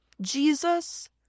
Jesus